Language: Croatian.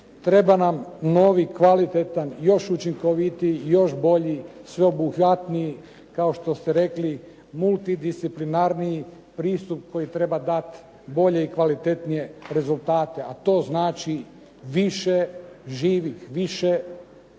Treba nam novi kvalitetan još učinkovitiji, još bolji sveobuhvatniji kao što ste rekli multidisciplinarniji pristup koji treba dati bolje i kvalitetnije rezultate a to znači više živih, više efikasnosti,